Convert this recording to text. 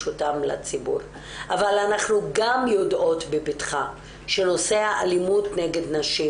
אותם לציבור אבל אנחנו גם יודעות בביטחה שנושא האלימות נגד נשים,